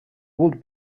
would